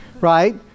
right